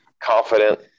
confident